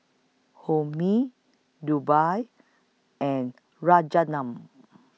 Homi Dhirubhai and Rajaratnam